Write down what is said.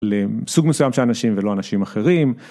לסוג מסוים של אנשים ולא אנשים אחרים.